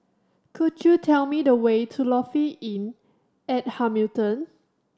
could you tell me the way to Lofi Inn at Hamilton